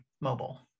mobile